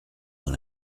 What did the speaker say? dans